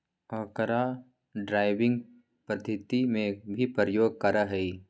अकरा ड्राइविंग पद्धति में भी प्रयोग करा हई